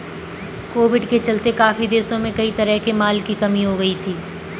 Covid के चलते काफी देशों में कई तरह के माल की कमी हो गई थी